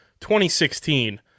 2016